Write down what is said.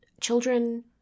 children